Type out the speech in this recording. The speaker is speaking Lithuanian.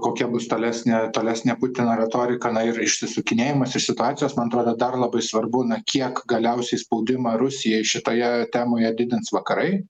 kokia bus tolesnė tolesnė putino retorika na ir išsisukinėjimas iš situacijos man atrodo dar labai svarbu na kiek galiausiai spaudimą rusijai šitoje temoje didins vakarai